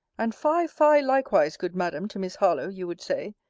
and fie, fie, likewise, good madam, to miss harlowe, you would say,